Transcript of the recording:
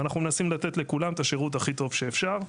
אנחנו מנסים לתת לכולם את השירות הכי טוב שאפשר.